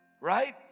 right